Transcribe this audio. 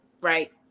right